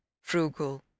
frugal